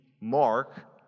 mark